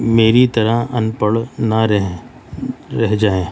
میری طرح ان پڑھ نہ رہیں رہ جائیں